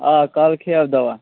آ کالہِ کھیٚیاو دَوا